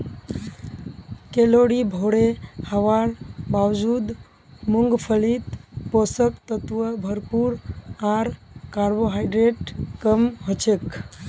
calorie भोरे हवार बावजूद मूंगफलीत पोषक तत्व भरपूर आर कार्बोहाइड्रेट कम हछेक